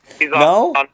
No